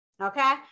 Okay